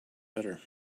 better